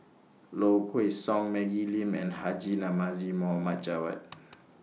Low Kway Song Maggie Lim and Haji Namazie Muhammad Javad